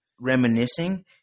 reminiscing